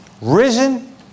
Risen